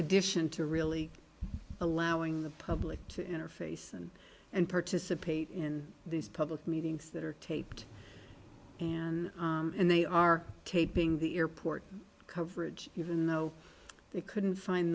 addition to really allowing the public to interface and and participate in these public meetings that are taped and and they are taping the airport coverage even though they couldn't find